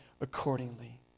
accordingly